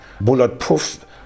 bulletproof